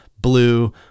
blue